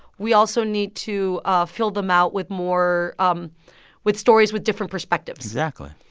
we also need to ah fill them out with more um with stories with different perspectives. exactly.